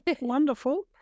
wonderful